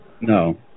No